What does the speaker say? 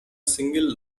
single